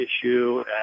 issue